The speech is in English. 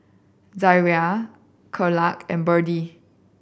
Zariah Thekla and Birdie